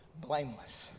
blameless